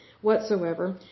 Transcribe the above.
whatsoever